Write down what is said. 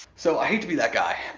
so, i hate to be that guy,